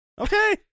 Okay